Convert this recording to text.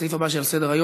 לסעיף הבא שעל סדר-היום,